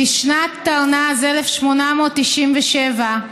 "בשנת תרנ"ז, 1897,